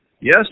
Yes